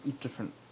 Different